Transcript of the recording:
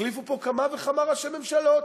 החליפו פה כמה וכמה ראשי ממשלות.